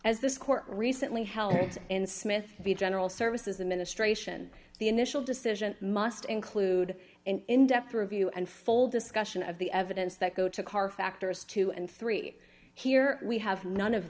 as this court recently held in smith v general services administration the initial decision must include an in depth review and full discussion of the evidence that go to car factors two and three here we have none of